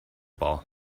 ball